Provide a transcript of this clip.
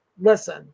listen